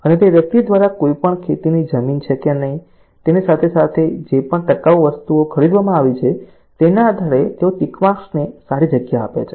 અને તે વ્યક્તિ દ્વારા કોઈપણ ખેતીની જમીન છે કે નહીં તેની સાથે સાથે જે પણ ટકાઉ વસ્તુઓ ખરીદવામાં આવી છે તેના આધારે તેઓ ટિક માર્ક્સને સારી જગ્યા આપે છે